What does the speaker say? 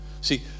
See